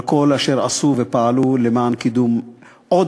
על כל אשר עשו ופעלו למען קידום עוד